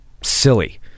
silly